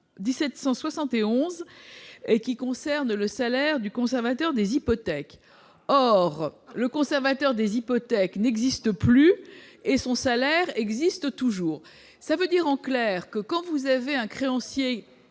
1771 et qui concerne le salaire du conservateur des hypothèques. Le conservateur des hypothèques n'existe plus. Pourtant, son salaire existe toujours ! Cela signifie en clair que, quand un créancier